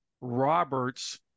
Roberts